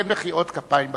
אין מחיאות כפיים בכנסת.